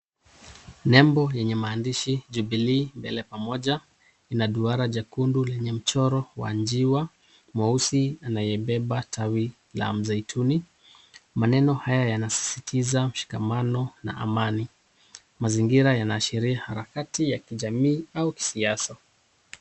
Nembo yenye maandshi Jubilee mbele pamoja ina duara jekundu lenye mchoro wa njiwa mweusi anayebeba tawi la mzaituni. Maneno haya yanasisitiza mshikamano na amani. Mazingira yanaashiria harakati ya kijamii ama siasa.